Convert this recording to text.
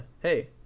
hey